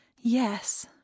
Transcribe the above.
Yes